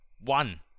one